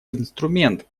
инструмент